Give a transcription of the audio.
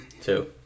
two